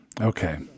Okay